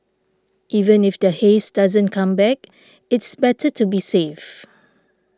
even if the haze doesn't come back it's better to be safe